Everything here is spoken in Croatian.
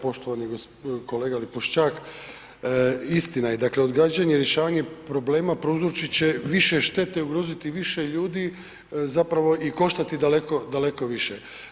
Poštovani kolega Lipošćak, istina je dakle odgađanje rješavanja problema prouzročit će više štete, ugroziti više ljudi zapravo i koštati daleko, daleko više.